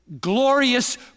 glorious